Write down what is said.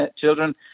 children